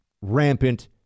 rampant